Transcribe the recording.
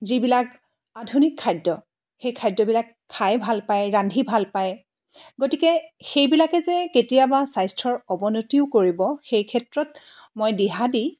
যিবিলাক আধুনিক খাদ্য সেই খাদ্যবিলাক খাই ভাল পায় ৰান্ধি ভাল পায় গতিকে সেইবিলাকে যে কেতিয়াবা স্বাস্থ্যৰ অৱনতিও কৰিব সেই ক্ষেত্ৰত মই দিহা দি